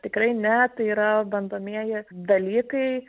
tikrai ne tai yra bandomieji dalykai